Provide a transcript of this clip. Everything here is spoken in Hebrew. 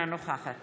אינה נוכחת